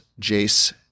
Jace